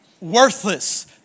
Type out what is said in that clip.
worthless